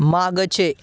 मागचे